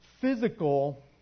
physical